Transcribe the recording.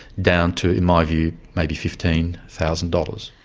down to, in my view, maybe fifteen thousand dollars.